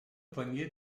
poignée